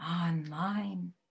online